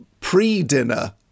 pre-dinner